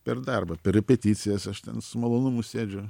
per darbą per repeticijas aš ten su malonumu sėdžiu